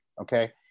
Okay